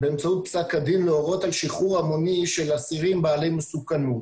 באמצעות פסק הדין להורות על שחרור המוני של אסירים בעלי מסוכנות.